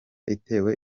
itewe